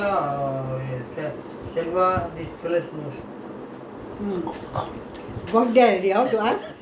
walk there already how to ask !huh! they all gone already shall I phone I will ask them lah after I go and join them